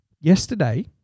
Yesterday